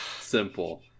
simple